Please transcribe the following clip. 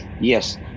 Yes